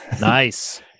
nice